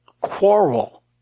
quarrel